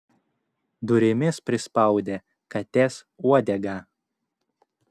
durimis prispaudė katės uodegą